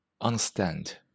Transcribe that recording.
understand